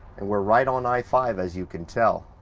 and we're right on i five as you can tell.